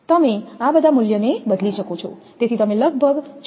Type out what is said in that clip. તમે આ બધા મૂલ્યને બદલી શકો છો